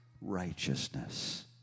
righteousness